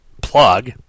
Plug